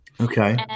Okay